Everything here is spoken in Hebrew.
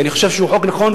כי אני חושב שהוא חוק נכון,